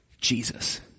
Jesus